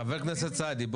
חבר הכנסת סעדי,